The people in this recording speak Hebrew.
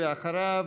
ואחריו,